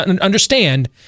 Understand